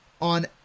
on